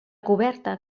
coberta